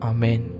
Amen